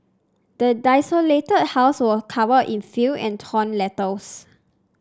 the desolated house was covered in filth and torn letters